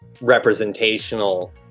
representational